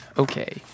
Okay